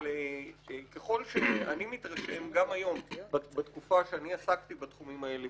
ככל שאני מתרשם בתקופה שאני עסקתי בתחומים האלה,